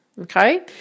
okay